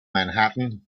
manhattan